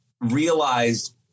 realized